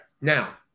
Now